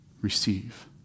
receive